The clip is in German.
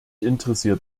interessiert